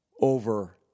over